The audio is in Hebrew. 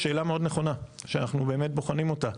שאלה מאוד נכונה שאנחנו באמת בוחנים אותה.